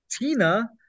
Tina